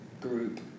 group